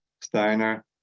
steiner